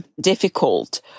difficult